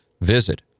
visit